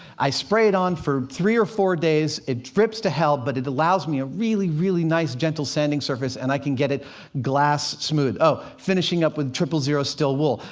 i spray it on for about three or four days, it drips to hell, but it allows me a really, really nice gentle sanding surface and i can get it glass-smooth. oh, finishing up with triple-zero steel wool.